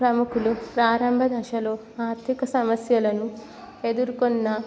ప్రముఖులు ప్రారంభదశలో ఆర్థిక సమస్యలను ఎదుర్కొన్న